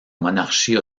monarchie